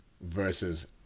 Versus